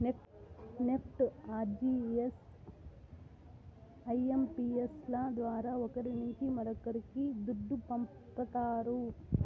NEFT, RTGS, IMPS ల ద్వారా ఒకరి నుంచి మరొక్కరికి దుడ్డు పంపతారు